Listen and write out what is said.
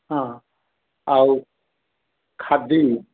ହଁ ଆଉ ଖାଦି